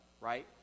right